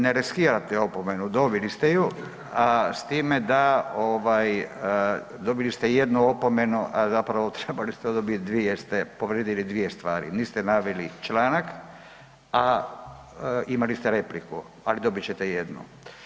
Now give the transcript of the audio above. Ne riskirate opomenu, dobili ste ju, a s time da dobili ste jednu opomenu, a zapravo trebali ste dobiti dvije jer ste povrijedili dvije stvari, niste naveli članak, a imali ste repliku, ali dobit ćete jednu.